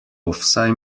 vsaj